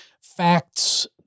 facts